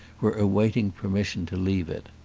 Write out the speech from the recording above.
were awaiting permission to leave it.